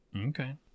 okay